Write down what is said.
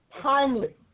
timely